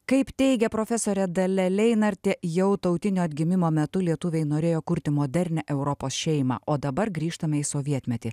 kaip teigia profesorė dalia leinartė jau tautinio atgimimo metu lietuviai norėjo kurti modernią europos šeimą o dabar grįžtame į sovietmetį